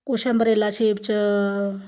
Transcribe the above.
कुछ umbrella shape च